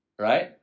Right